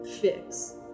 fix